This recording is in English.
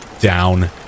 down